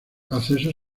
accesos